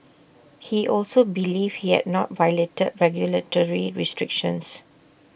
he also believed he had not violated regulatory restrictions